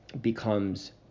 becomes